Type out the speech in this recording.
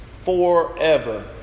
Forever